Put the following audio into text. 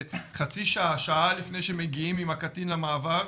חצי שעה - שעה לפני שמגיעים עם הקטין למעבר,